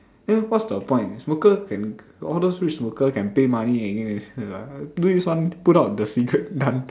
then what's the point smoker can all those rich smoker can pay money do this one put out the cigarette done